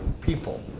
people